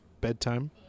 bedtime